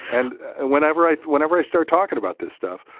and and whenever i whenever i start talking about this stuff,